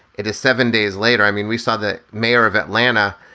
it is seven days later. i mean, we saw the mayor of atlanta.